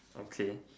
okay